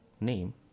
name